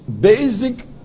basic